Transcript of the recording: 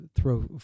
throw